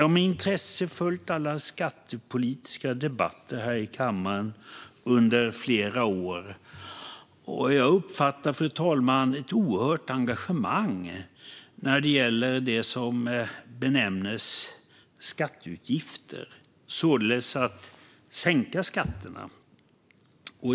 Jag har med intresse följt alla skattepolitiska debatter här i kammaren under flera år. Jag uppfattar ett oerhört engagemang, fru talman, när det gäller det som benämnes skatteutgifter, således att sänka skatterna.